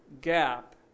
gap